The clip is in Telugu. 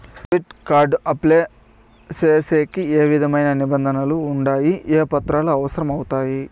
డెబిట్ కార్డు అప్లై సేసేకి ఏ విధమైన నిబంధనలు ఉండాయి? ఏ పత్రాలు అవసరం అవుతాయి?